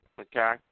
Okay